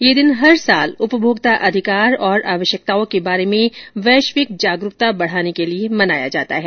ये दिन हर साल उपभोक्ता अधिकार और आवश्यकताओं के बारे में वैश्विक जागरूकता बढ़ाने के लिए मनाया जाता है